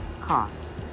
cost